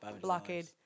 blockade